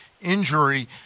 injury